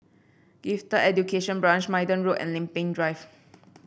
Gifted Education Branch Minden Road and Lempeng Drive